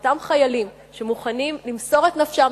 ואותם חיילים שמוכנים למסור את נפשם,